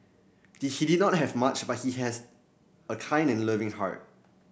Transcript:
he did not have much but he has a kind and loving heart